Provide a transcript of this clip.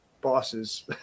bosses